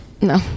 No